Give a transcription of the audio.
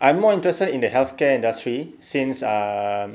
I'm more interested in the healthcare industry since ah